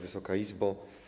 Wysoka Izbo!